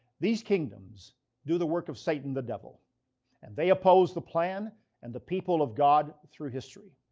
these kingdoms do the work of satan the devil and they oppose the plan and the people of god through history.